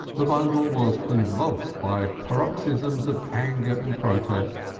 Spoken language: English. the bundle was convulsed by paroxysms of anger and protest.